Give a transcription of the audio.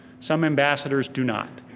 some ambassadors do not.